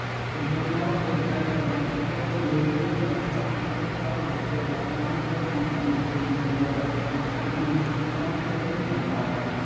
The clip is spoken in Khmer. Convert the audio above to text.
បន្ទាប់មក យើងត្រូវច្របាច់សាច់គោជាមួយគ្រឿងឲ្យសព្វហើយទុកចោលរយៈពេល ១៥ ទៅ ៣០ នាទី ដើម្បីឲ្យរសជាតិសាច់ និងគ្រឿងផ្សំចូលគ្នាបានល្អ។